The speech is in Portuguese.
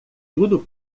tudo